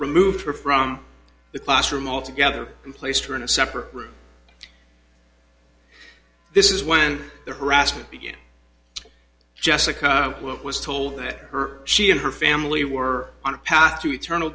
removed her from the classroom altogether and placed her in a separate room this is when the harassment jessica was told that her she and her family were on a path to eternal